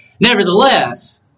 nevertheless